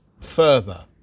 further